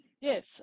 Yes